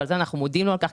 ואנחנו מודים לו על כך,